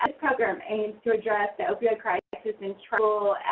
ah program aims to address the opioid crisis in tribal